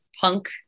punk